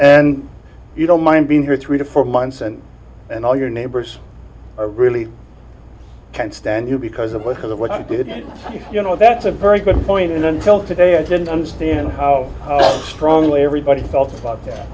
and you don't mind being here three to four months and and all your neighbors really can't stand you because it was kind of what i did you know that's a very good point and until today i didn't understand how strongly everybody felt about